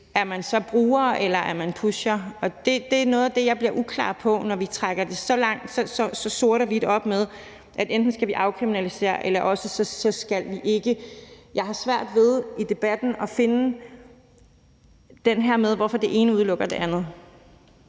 Er man så bruger, eller er man pusher? Det er noget af det, jeg synes bliver uklart, når vi trækker det så sort-hvidt op, at vi siger, at vi enten skal afkriminalisere det, eller også skal vi ikke. Jeg har svært ved i debatten at finde ud af, hvorfor det ene udelukker det andet.